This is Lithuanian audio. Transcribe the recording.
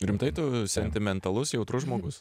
rimtai tu sentimentalus jautrus žmogus